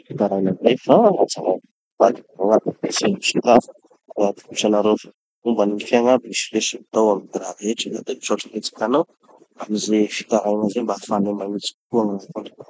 mitaraina zay fa hatsaraina amy magnaraky fomban'ny gny fiaigna aby misy lesoka atao amy gny raha rehetra fa misaotra betsaky anao amy ze fitaraigna zay mba hahafahanay magnitsy kokoa